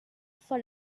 for